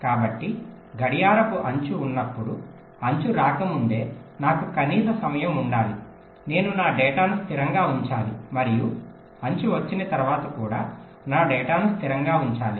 కాబట్టి గడియారపు అంచు ఉన్నప్పుడు అంచు రాకముందే నాకు కనీస సమయం ఉండాలి నేను నా డేటాను స్థిరంగా ఉంచాలి మరియు అంచు వచ్చిన తర్వాత కూడా నా డేటాను స్థిరంగా ఉంచాలి